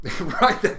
Right